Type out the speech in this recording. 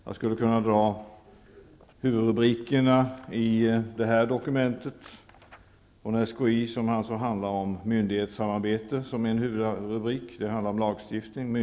Jag skulle kunna dra huvudrubrikerna för de olika projekten enligt dokumentet från SKI.